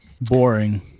Boring